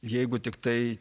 jeigu tiktai